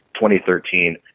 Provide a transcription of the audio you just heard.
2013